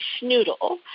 Schnoodle